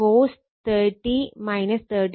cos 30o 36